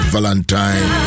Valentine